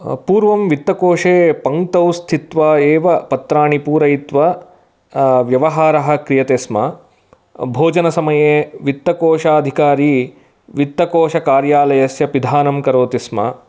अपूर्वं वित्तकोषे पङ्क्तौ स्थित्वा एव पत्राणि पुरयित्वा व्यवहारः क्रियते स्म भोजनसमये वित्तकोषाधिकारी वित्तकोषकार्यालयस्य पिधानं करोति स्म